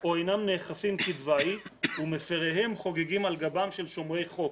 או אינם נאכפים כדבעי ומפריהם חוגגים על גבם של שומרי חוק'.